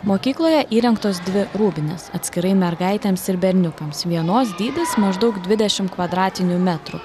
mokykloje įrengtos dvi rūbinės atskirai mergaitėms ir berniukams vienos dydis maždaug dvidešimt kvadratinių metrų